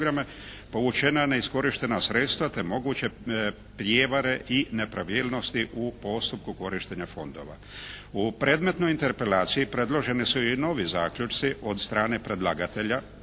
povučena neiskorištena sredstva, te moguće prijevare i nepravilnosti u postupku korištenja fondova. U predmetnoj interpelaciji predloženi su i novi zaključci od strane predlagatelja